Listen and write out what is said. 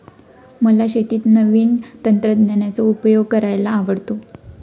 मला शेतीत नवीन तंत्रज्ञानाचा उपयोग करायला आवडतो